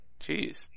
Jeez